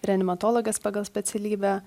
reanimatologės pagal specialybę